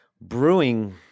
brewing